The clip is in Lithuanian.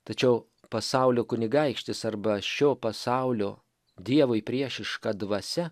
tačiau pasaulio kunigaikštis arba šio pasaulio dievui priešiška dvasia